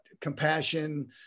compassion